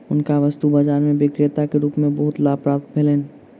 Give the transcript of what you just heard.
हुनका वस्तु बाजार में विक्रेता के रूप में बहुत लाभ प्राप्त भेलैन